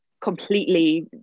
completely